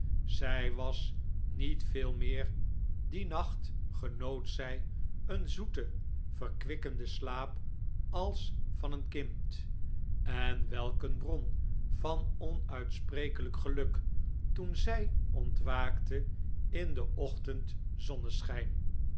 zij was niet veel meer dien nacht genoot zij een zoeten verkwikkenden slaap als van een kind en welk een bron van onuitsprekelijk geluk toen zij ontwaakte in den